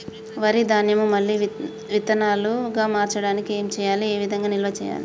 వరి ధాన్యము మళ్ళీ విత్తనాలు గా మార్చడానికి ఏం చేయాలి ఏ విధంగా నిల్వ చేయాలి?